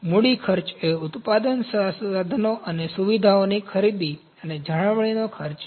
મૂડી ખર્ચ એ ઉત્પાદન સાધનો અને સુવિધાઓની ખરીદી અને જાળવણીનો ખર્ચ છે